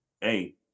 Hey